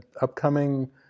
upcoming